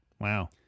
Wow